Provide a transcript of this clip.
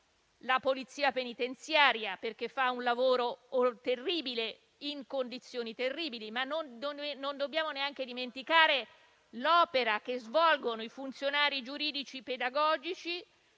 la polizia penitenziaria perché fa un lavoro terribile in condizioni terribili, ma non dobbiamo neanche dimenticare l'opera che svolgono i funzionari giuridici pedagogici